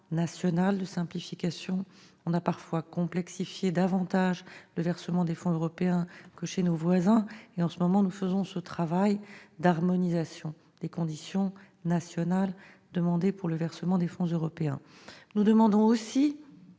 national, la simplification- on a parfois complexifié davantage le versement des fonds européens que nos voisins -, et, en ce moment, nous faisons ce travail d'harmonisation des conditions nationales demandées pour le versement des fonds européens. Nous demandons aussi